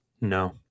No